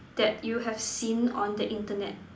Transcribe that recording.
that you have seen on the internet